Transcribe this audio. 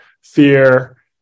fear